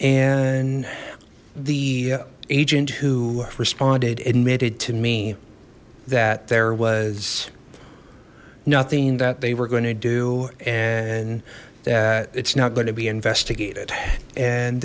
and the agent who responded admitted to me that there was nothing that they were going to do and that it's not going to be investigated and